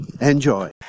Enjoy